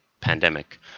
pandemic